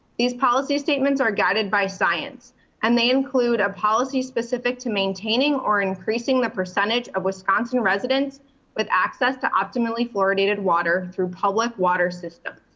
these policy statements are guided by science and they include a policy specific to maintaining or increasing the percentage of wisconsin residents with access to optimally fluoridated water through public water system.